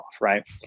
right